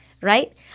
right